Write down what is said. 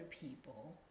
people